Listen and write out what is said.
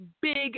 big